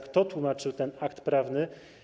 Kto tłumaczył ten akt prawny?